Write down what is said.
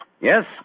Yes